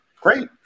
Great